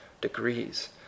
degrees